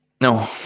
No